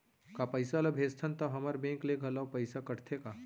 का पइसा ला भेजथन त हमर बैंक ले घलो पइसा कटथे का?